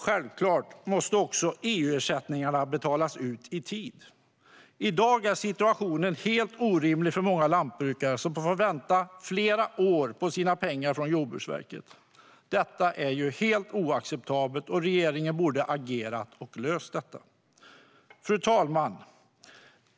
Självklart måste också EU-ersättningarna betalas ut i tid. I dag är situationen helt orimlig för många lantbrukare, som måste vänta flera år på sina pengar från Jordbruksverket. Detta är ju helt oacceptabelt, och regeringen borde ha agerat och löst detta. Fru talman!